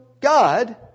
God